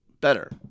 better